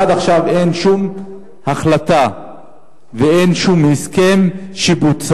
עד עכשיו אין שום החלטה ואין שום הסכם שבוצע.